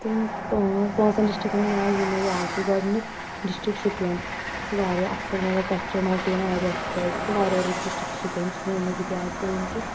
تِم پانٛژھ پانٛژن ڈِسٹرکن ہُنٛد ناو یِم مےٚ یاد چھ گۄڈٕنیُک ڈِسٹرک شُپین سُہ چُھ واریاہ اَصل مطلب تتھ چھُ موٹین ایریا چھُ تتہِ سُہ چُھ واریاہ رُت ڈِسٹرک شُپین سُہ چھُ مےٚ امہِ موٗجوٗب یاد پیٚو ڈشٹرک کۄلگوم